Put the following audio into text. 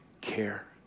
care